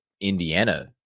Indiana